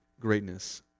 greatness